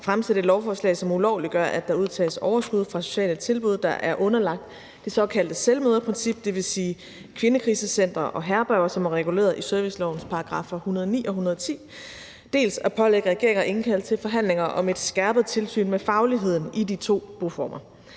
fremsætte et lovforslag, som ulovliggør, at der udtages overskud fra sociale tilbud, der er underlagt det såkaldte selvmøderprincip, dvs. kvindekrisecentre og herberger, som er reguleret efter servicelovens §§ 109 og 110, dels at pålægge regeringen at indkalde til forhandlinger om et skærpet tilsyn med fagligheden i de to boformer.